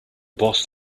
boss